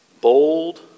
Bold